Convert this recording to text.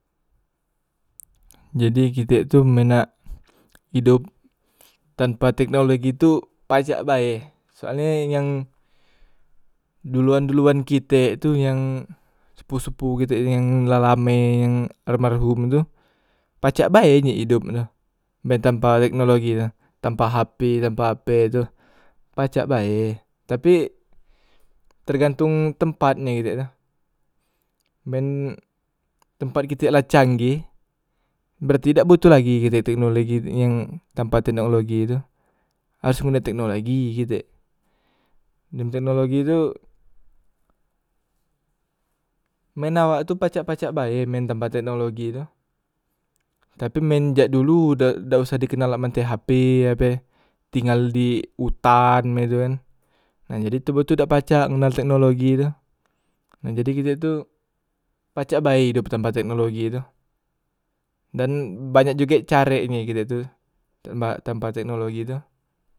Jadi kitek tu men nak idop, tanpa teknologi tu pacak bae, soalnye yang duluan- duluan kite tu yang sepuh- sepuh kite tu yang almarhum- almarhum tu pacak bae nye idop tu men tanpe teknologi tu, tanpa hp tanpa ape tu, pacak bae tapi tergantong tempatnye kite tu, men tempat kite lah canggeh brarti dak botoh lagi kite teknologi yang tempat teknologi tu harus ngunde tekno lagi kite, dem teknologi tu men awak tu pacak- pacak bae men tanpa teknologi tu, tapi men jak dulu dak dak usah di kenal man la te hp ape, tinggal di utan mek itu kan nah jadi toboh tu dak pacak ngenal teknologi tu nah jadi kite tu pacak bae idop tanpa teknologi tu, dan banyak jugek banyak care e kite tu tanpa tanpa teknologi tu.